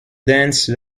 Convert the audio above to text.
dance